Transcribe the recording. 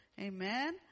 Amen